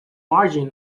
margin